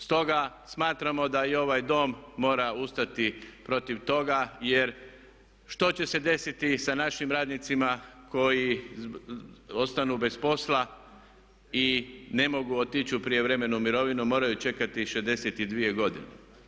Stoga smatramo da i ovaj Dom mora ustati protiv toga, jer što će se desiti sa našim radnicima koji ostanu bez posla i ne mogu otići u prijevremenu mirovinu, moraju čekati 62 godine.